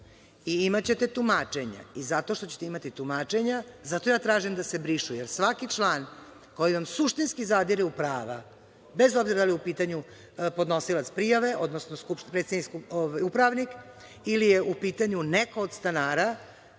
i imaćete tumačenje i zato što ćete imati tumačenja, zato ja tražim da se brišu, jer svaki član koji vam suštinski zadire u prava, bez obzira da li je u pitanju podnosilac prijave, odnosno upravnik, ili je u pitanju neko od stanara,